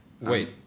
Wait